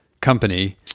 company